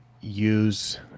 use